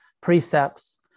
precepts